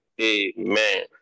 Amen